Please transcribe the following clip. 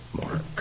mark